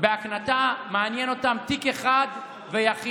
בהקנטה, מעניין אותם תיק אחד ויחיד.